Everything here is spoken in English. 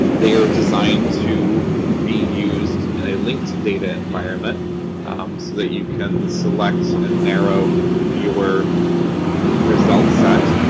they are designed to be used in a linked-data environment so that you can select and narrow your result set.